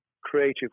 creative